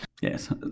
Yes